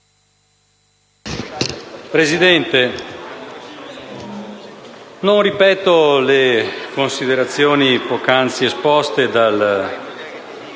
Presidente, non ripeterò le considerazioni poc'anzi esposte dal senatore